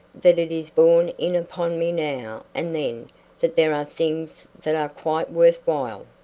that it is borne in upon me now and then that there are things that are quite worth while?